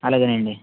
అలాగే అండి